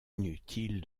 inutile